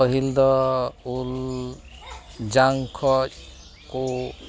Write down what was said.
ᱯᱟᱹᱦᱤᱞᱫᱚ ᱩᱞ ᱡᱟᱝ ᱠᱷᱚᱱ ᱠᱚ